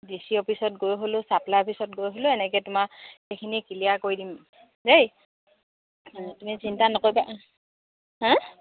D C অফিচত গৈ হ'লেও চাপ্লাই অফিচত গৈ হ'লেও এনেকৈ তোমাৰ গোটেইখিনি ক্লিয়াৰ কৰি দিম দেই তুমি চিন্তা নকৰিবা হা